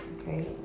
Okay